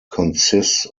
consists